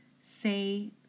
Say